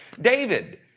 David